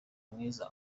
mwiza